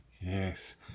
Yes